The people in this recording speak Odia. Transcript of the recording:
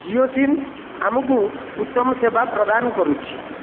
ଜିଓ ସିମ୍ ଆମକୁ ଉତ୍ତମ ସେବା ପ୍ରଦାନ କରୁଛି